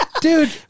Dude